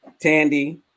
Tandy